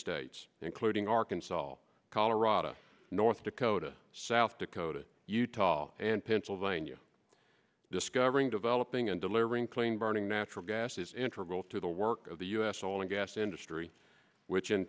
states including arkansas all colorado north dakota south dakota utah and pennsylvania discovering developing and delivering clean burning natural gas is in trouble to the work of the us all and gas industry which in